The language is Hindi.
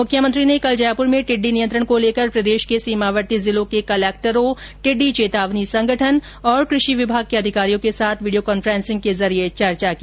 मुख्यमंत्री ने कल जयपुर में टिड़डी नियंत्रण को लेकर प्रदेश के सीमावर्ती जिलों के कलक्टरों टिड़डी चेतावनी संगठन और कृषि विभाग के अधिकारियों के साथ वीडियो कांफ्रेंसिंग के जरिये चर्चा की